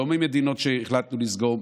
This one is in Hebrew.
לא ממדינות שהחלטנו לסגור,